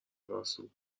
راسو